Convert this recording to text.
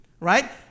Right